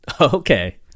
okay